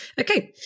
okay